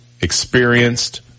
experienced